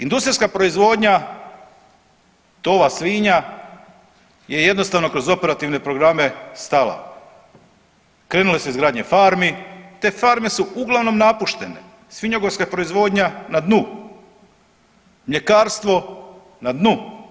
Industrijska proizvodnja tova svinja je jednostavno kroz operativne programe stala, krenulo su izgradnje farmi t farme su uglavnom napuštene, svinjogojska proizvodnja na dnu, mljekarstvo na dnu.